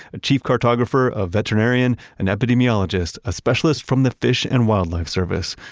a chief cartographer, a veterinarian, an epidemiologist, a specialist from the fish and wildlife service,